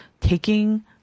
taking